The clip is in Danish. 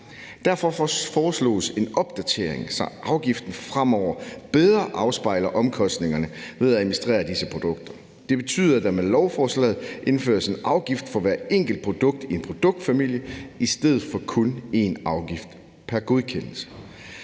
Derfor foreslås en opdatering, så afgiften fremover bedre afspejler omkostningerne ved at administrere disse produkter. Det betyder, at der med lovforslaget indføres en afgift for hvert enkelt produkt i en produktfamilie i stedet for kun én afgift pr. godkendelse.